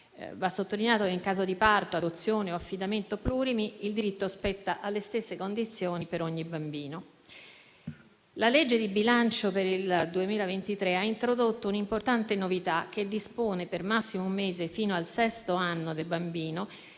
Va sottolineato che, in caso di parto, adozione o affidamento plurimi, il diritto spetta alle stesse condizioni per ogni bambino. La legge di bilancio per il 2023 ha introdotto un'importante novità che dispone, per massimo un mese e fino al sesto anno del bambino,